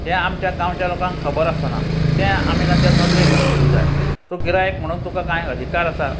हे आमच्या गांवच्या लोकांक खबर आसना तें आमी तांच्या नजरेक हाडून दिवंक जाय तूं गिरायक म्हणून तुका कांय अधिकार आसा